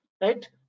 right